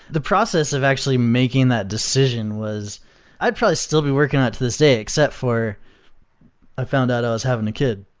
the process of actually making that decision was i'd probably still be working out to this day, except for i found out i was having a kid.